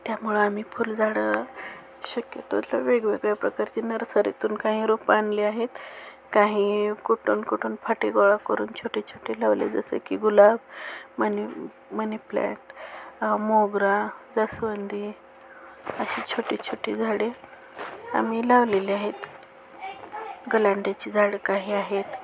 त्यामुळं आम्ही फुलझाडं शक्यतो वेगवेगळ्या प्रकारचे नर्सरीतून काही रोपं आणले आहेत काही कुठून कुठून फाटे गोळा करून छोटे छोटे लावले जसं की गुलाब मनी मनीप्लँट मोगरा जास्वंदी अशी छोटी छोटी झाडे आम्ही लावलेले आहेत गलांड्याची झाडं काही आहेत